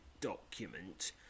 document